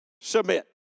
submit